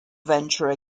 venture